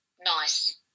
nice